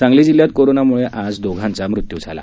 सांगली जिल्ह्यात कोरोनामुळं आज दोघांचा मृत्यू झाला